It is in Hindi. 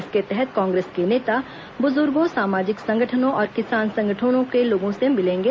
इसके तहत कांग्रेस के नेता बुजुर्गों सामाजिक संगठनों और किसान संगठनों के लोगों से मिलेंगे